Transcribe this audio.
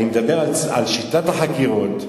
אני מדבר על שיטת החקירות,